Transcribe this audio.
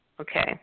Okay